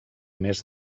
més